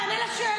תענה על השאלה.